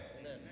Amen